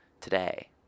today